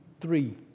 three